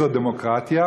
זאת דמוקרטיה,